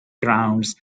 grounds